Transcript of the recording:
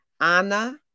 Anna